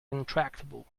intractable